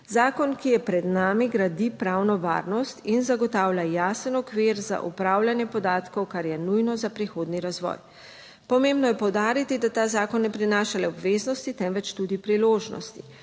Zakon, ki je pred nami gradi pravno varnost in zagotavlja jasen okvir za upravljanje podatkov, kar je nujno za prihodnji razvoj. Pomembno je poudariti, da ta zakon ne prinaša le obveznosti, temveč tudi priložnosti.